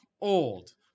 old